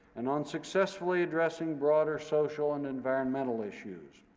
and on successfully addressing broader social and environmental issues,